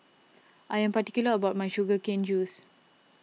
I am particular about my Sugar Cane Juice